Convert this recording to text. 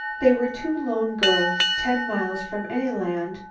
they were two lone girls ten miles from any land,